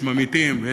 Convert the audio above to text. יש ממעיטים,